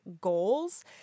goals